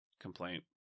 complaint